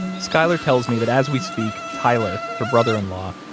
skyler tells me that as we speak, tyler, her brother-in-law,